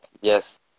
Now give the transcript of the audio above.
Yes